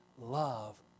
love